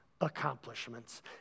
accomplishments